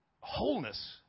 wholeness